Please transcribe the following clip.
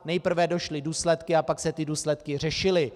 Nejprve došly důsledky, a pak se ty důsledky řešily.